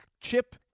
Chip